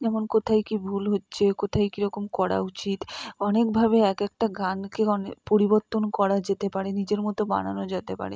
এবং কোথায় কী ভুল হচ্ছে কোথায় কী রকম করা উচিত অনেকভাবে এক একটা গানকে পরিবর্তন করা যেতে পারে নিজের মতো বানানো যেতে পারে